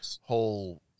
whole